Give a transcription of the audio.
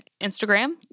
Instagram